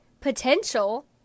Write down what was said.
potential